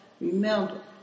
Remember